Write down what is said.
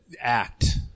act